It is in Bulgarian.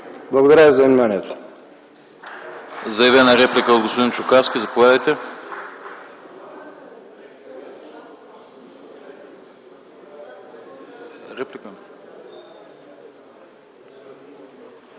Благодаря ви за вниманието.